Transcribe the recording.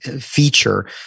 feature